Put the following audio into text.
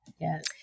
Yes